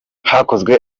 hakozwe